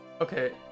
Okay